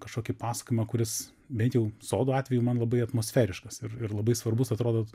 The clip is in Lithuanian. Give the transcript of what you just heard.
kažkokį pasakojimą kuris bent jau sodų atveju man labai atmosferiškas ir ir labai svarbus atrodot